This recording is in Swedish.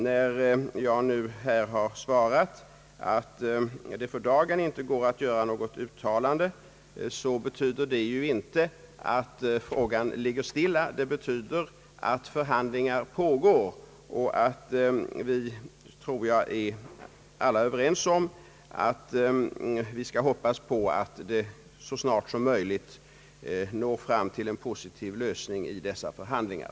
När jag nu här har svarat att det för dagen inte går att göra något uttalande betyder det inte att frågan ligger stilla. Det betyder att förhandlingar pågår, och jag tror att vi alla hoppas att man så snart som möjligt skall nå fram till en positiv lösning vid dessa förhandlingar.